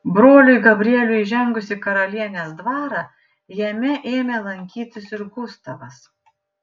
broliui gabrieliui įžengus į karalienės dvarą jame ėmė lankytis ir gustavas